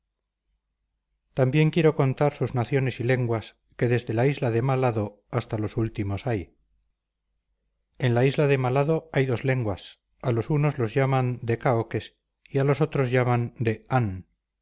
también quiero contar sus naciones y lenguas que desde la isla de mal hado hasta los últimos hay en la isla de mal hado hay dos lenguas a los unos llaman de caoques y a los otros llaman de